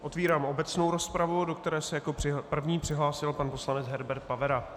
Otvírám obecnou rozpravu, do které se jako první přihlásil pan poslanec Herbert Pavera.